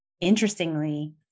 interestingly